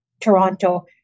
Toronto